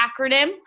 acronym